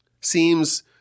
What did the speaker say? Seems